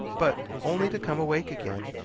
but only to come awake again,